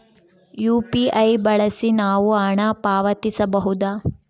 UPI ಬಳಸಿ ನಾವು ಹಣ ಪಾವತಿಸಬಹುದಾ?